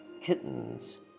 kittens